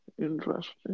Interesting